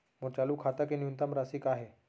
मोर चालू खाता के न्यूनतम राशि का हे?